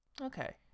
okay